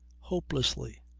hopelessly!